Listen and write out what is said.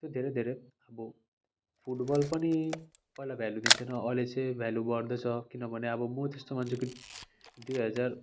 धेरै धेरै अब फुटबल पनि पहिला भेल्यू दिँदैन थियो अहिले चाहिँ भेल्यू बढदैछ किनभने अब म जस्तो मान्छेको दुई हजार